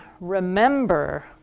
remember